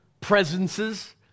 presences